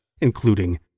including